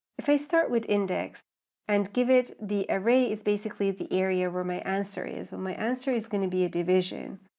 if i start with index and give it the array is basically the area where my answer is, well my answer is going to be a division.